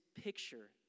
picture